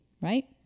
right